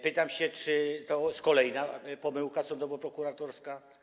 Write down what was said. Pytam się, czy to kolejna pomyłka sądowo-prokuratorska.